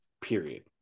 period